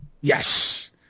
Yes